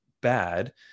bad